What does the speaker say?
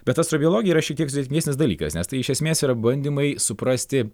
bet astrobiologija yra šiek tiek sudėtingesnis dalykas nes tai iš esmės yra bandymai suprasti